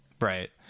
Right